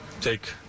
take